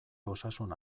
osasun